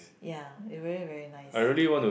ya it really very nice